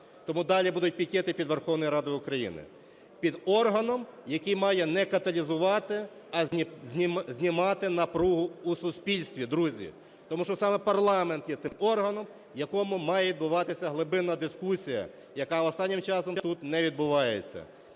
Тому далі будуть пікети під Верховною Радою України, під органом, який має не каталізувати, а знімати напругу в суспільстві, друзі, тому що саме парламент є тим органом, в якому має відбуватися глибинна дискусія, яка останнім часом тут не відбувається.